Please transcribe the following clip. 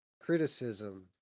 criticism